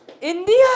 India